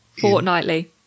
Fortnightly